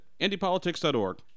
indypolitics.org